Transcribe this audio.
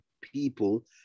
people